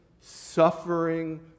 suffering